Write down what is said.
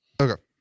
okay